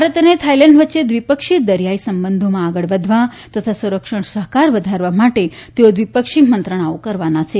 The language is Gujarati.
ભારત અને થાઇલેન્ડ વચ્ચે દ્વિપક્ષી દરિયાઇ સંબંધોમાં આગળ વધવા તથા સંરક્ષણ સહકાર વધારવા માટે તેઓ દ્વિપક્ષી મંત્રણાઓ કરવાના છે